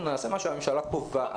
אנחנו נעשה מה שהממשלה קובעת.